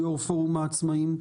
יושב-ראש פורום העצמאיים בהסתדרות.